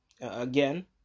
again